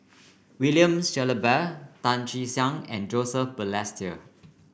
William Shellabear Tan Che Sang and Joseph Balestier